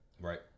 Right